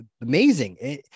Amazing